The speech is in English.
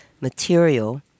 material